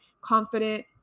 confident